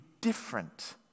different